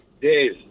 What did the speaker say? Dave